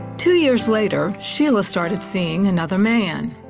two years later, sheila started seeing another man.